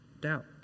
Doubt